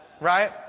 right